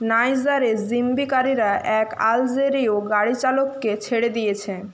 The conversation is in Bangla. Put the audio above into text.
নাইজরে জিম্বিকারীরা এক আলজেরীয় গাড়ি চালককে ছেড়ে দিয়েছে